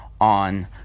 on